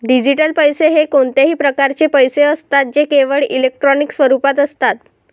digital पैसे हे कोणत्याही प्रकारचे पैसे असतात जे केवळ इलेक्ट्रॉनिक स्वरूपात असतात